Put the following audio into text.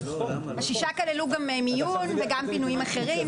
השישה כללו גם מיון וגם פינויים אחרים.